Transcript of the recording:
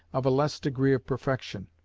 of a less degree of perfection,